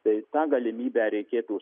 tai tą galimybę reikėtų